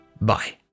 Bye